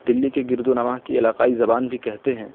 دلی کے گرد و نواح کی علاقائی زبان بھی کہتے ہیں